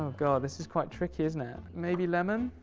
god. this is quite tricky, isn't it? maybe lemon,